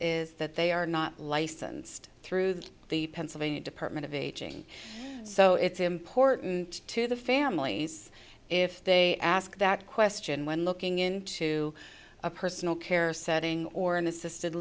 is that they are not licensed through the pennsylvania department of aging so it's important to the families if they ask that question when looking into a personal care setting or an assist